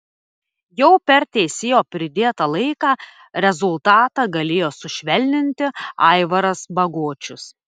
jau per teisėjo pridėtą laiką rezultatą galėjo sušvelninti aivaras bagočius